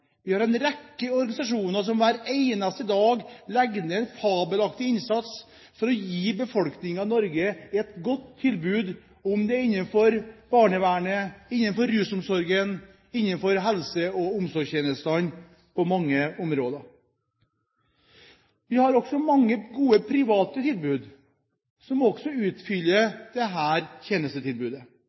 vi har en rekke organisasjoner som hver eneste dag legger ned en fabelaktig innsats for å gi befolkningen i Norge et godt tilbud, enten det er innenfor barnevernet, innenfor rusomsorgen eller innenfor helse- og omsorgstjenestene på mange områder. Vi har også mange gode private tilbud som utfyller dette tjenestetilbudet,